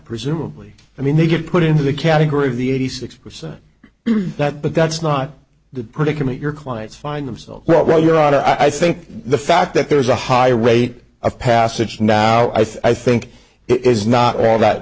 presumably i mean they get put into the category of the eighty six percent not but that's not the predicament your clients find themselves well your honor i think the fact that there's a high rate of passage now i think is not all that